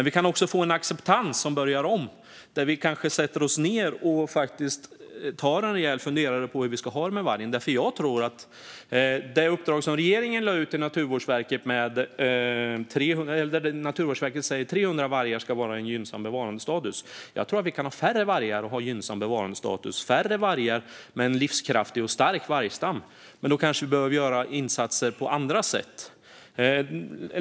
Vi kan också få en ny acceptans om vi tar oss en rejäl funderare på hur vi ska ha det med vargen. Naturvårdsverket säger att 300 vargar är en gynnsam bevarandestatus. Jag tror att vi kan ha en livskraftig och stark vargstam med färre vargar. Men då behöver vi kanske göra andra insatser.